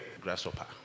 Grasshopper